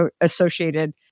associated